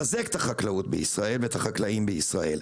לחזק את החקלאות ואת החקלאים בישראל.